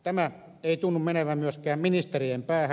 tämä ei tunnu menevän myöskään ministerien päähän